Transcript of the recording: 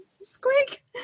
Squeak